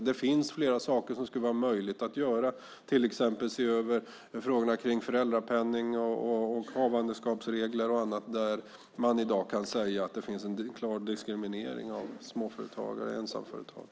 Det finns flera saker som skulle vara möjliga att göra, till exempel att se över frågorna kring föräldrapenning och havandeskapsregler och annat där man i dag kan säga att det finns en klar diskriminering av småföretagare och ensamföretagare.